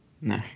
No